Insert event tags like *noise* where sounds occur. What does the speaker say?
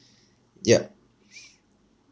yup *noise*